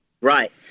right